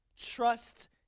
Trust